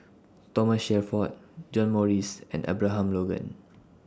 Thomas Shelford John Morrice and Abraham Logan